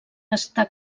està